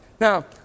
Now